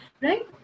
right